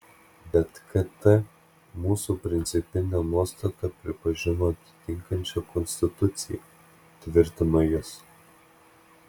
bet kt mūsų principinę nuostatą pripažino atitinkančia konstituciją tvirtino jis